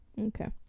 okay